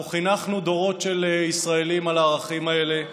אנחנו חינכנו דורות של ישראלים על הערכים האלה,